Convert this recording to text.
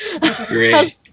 Great